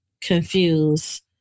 confused